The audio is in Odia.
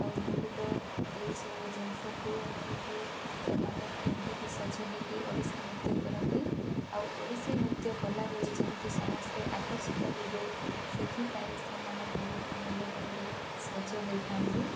ଆଉ ମୁକୁଟ ଏଇସବୁ ଜିନିଷକୁ ନେଇକି ସେମାନେ ପିନ୍ଧିକି ସଜ ହେଇକି ଓଡ଼ିଶୀ ନୃତ୍ୟ କରନ୍ତି ଆଉ ଓଡ଼ିଶୀ ନୃତ୍ୟ କଲାବେଳେ ଯେମିତି ସମସ୍ତେ ଆକର୍ଷିତ ହେବେ ସେଥିପାଇଁ ସେମାନେ ବହୁତ ଭଲ ଭାବରେ ସଜ ହେଇଥାନ୍ତି